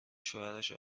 شوهرش